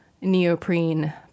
neoprene